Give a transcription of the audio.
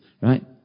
right